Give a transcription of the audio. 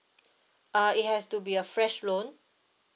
uh it has to be a fresh loan